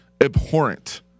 abhorrent